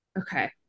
Okay